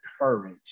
courage